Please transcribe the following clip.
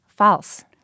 False